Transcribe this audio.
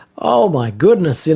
oh my goodness, yeah